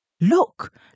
Look